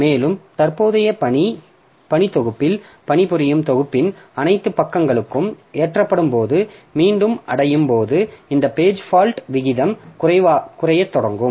மேலும் தற்போதைய பணி தொகுப்பில் பணிபுரியும் தொகுப்பின் அனைத்து பக்கங்களும் ஏற்றப்படும்போது மீண்டும் அடையும் போது இந்த பேஜ் ஃபால்ட் விகிதம் குறையத் தொடங்கும்